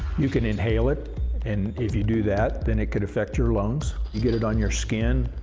you can inhale it and if you do that, then it could affect your lungs. you get it on your skin,